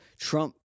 Trump